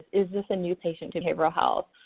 is this a new patient to behavioral health?